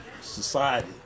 society